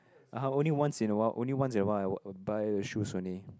(uh huh) only once in a while only once in a while I will buy a shoes only